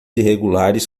irregulares